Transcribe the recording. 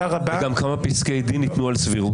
וגם כמה פסקי דין ניתנו על סבירות.